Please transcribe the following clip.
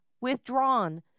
withdrawn